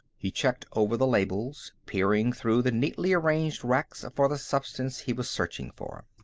he checked over the labels, peering through the neatly-arranged racks for the substance he was searching for.